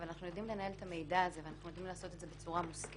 אבל אנחנו יודעים לנהל את המידע הזה ויודעים לעשות את זה בצורה מושכלת.